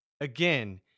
Again